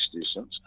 distance